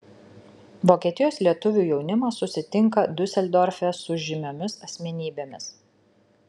vokietijos lietuvių jaunimas susitinka diuseldorfe su žymiomis asmenybėmis